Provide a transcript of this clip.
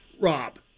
Rob